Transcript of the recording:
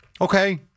Okay